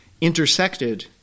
intersected